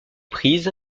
prise